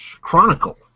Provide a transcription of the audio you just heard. Chronicle